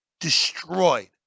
destroyed